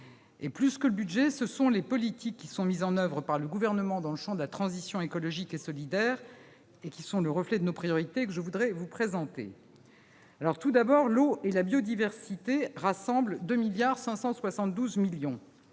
le. Plus que le budget, ce sont les politiques mises en oeuvre par le Gouvernement dans le champ de la transition écologique et solidaire, et qui sont le reflet de nos priorités, que je voudrais présenter. Premièrement, l'eau et la biodiversité rassemblent 2,572 milliards